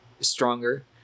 stronger